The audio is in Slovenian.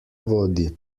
vodi